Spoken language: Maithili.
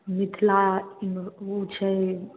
मिथिला ई छै